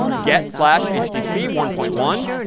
get slash http one point one,